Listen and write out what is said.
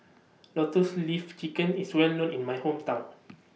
Lotus Leaf Chicken IS Well known in My Hometown